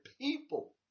people